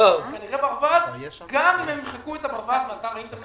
הבהרנו לגבי הדיסקליימר שמופיע מתחת לחלק מהפרסומים